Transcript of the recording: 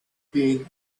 being